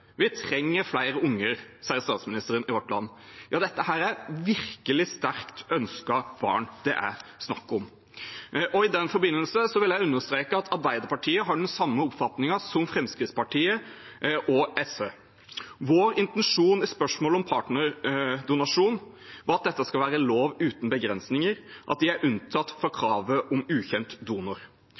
Vi trenger flere unger, sier statsministeren i vårt land. Ja, det er virkelig sterkt ønskede barn det er snakk om. I den forbindelse vil jeg understreke at Arbeiderpartiet har den samme oppfatningen som Fremskrittspartiet og SV. Vår intensjon i spørsmålet om partnerdonasjon er at dette skal være lov uten begrensninger, at de er unntatt fra kravet om ukjent donor.